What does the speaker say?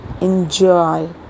Enjoy